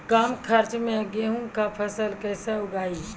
कम खर्च मे गेहूँ का फसल कैसे उगाएं?